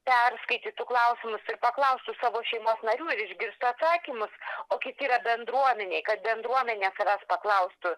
perskaitytų klausimus ir paklaustų savo šeimos narių ir išgirstų atsakymus o kiek yra bendruomenei kad bendruomenė tavęs paklaustų